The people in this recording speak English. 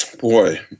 Boy